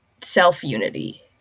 self-unity